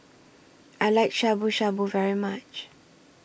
I like Shabu Shabu very much